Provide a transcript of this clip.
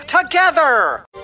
together